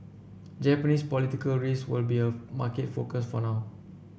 Japanese political risk will be a market focus for now